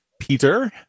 peter